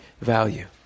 value